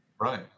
Right